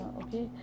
okay